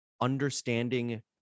understanding